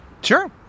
Sure